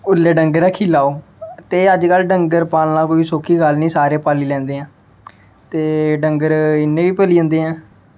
ते ओल्लै डंगर रक्खी लैओ ते अज्ज कल डंगर पालना कोई सौखी गल्ल निं सारे पाली लैंदे ऐं ते डंगर इ'यां बी पली जंदे ऐ